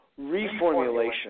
reformulation